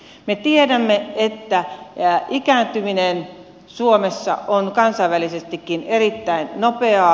me tiedämme että ikääntyminen suomessa on kansainvälisestikin erittäin nopeaa